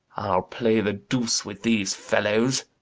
i'll play the dooce with these fellows!